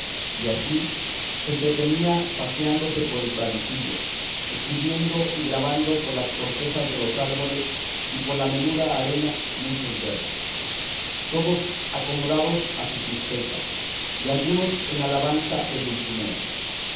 y así se entretenía paseándose por el pradecillo escribiendo y grabando por las cortezas de los árboles y por la menuda arena muchos versos todos acomodados a su tristeza y algunos en alabanza de dulcinea